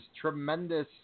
Tremendous